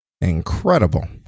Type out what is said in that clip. Incredible